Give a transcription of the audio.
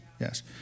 Yes